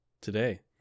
today